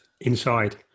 inside